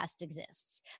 exists